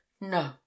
no